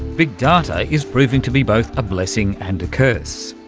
big data is proving to be both a blessing and a curse,